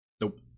Nope